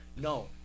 No